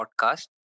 podcast